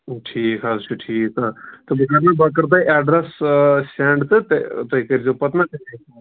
ٹھیٖک حظ چھُ ٹھیٖک حظ تہٕ بہٕ کرٕ گۄڈٕ کَرٕ بہٕ ایٚڈریس سا سیٚنٛڈ تہٕ تُہۍ کٔرۍزیٚو پتہٕ مےٚ